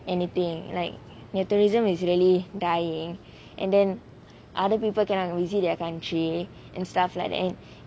anything like militarism is really dying and then other people cannot visit their country and stuff like that